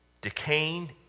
decaying